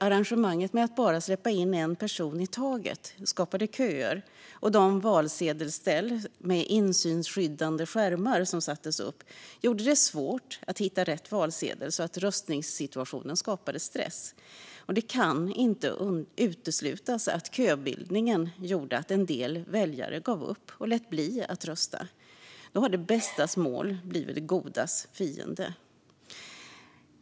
Arrangemanget med att bara släppa in en person i taget skapade köer, och de valsedelsställ med insynsskyddande skärmar som sattes upp gjorde det svårt att hitta rätt valsedel. Röstningssituationen skapade därmed stress. Det kan heller inte uteslutas att köbildningen gjorde att en del väljare gav upp och lät bli att rösta. Då har det bästas mål blivit det godas fiende.